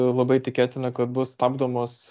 labai tikėtina kad bus stabdomos